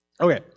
Okay